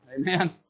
Amen